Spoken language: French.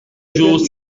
jours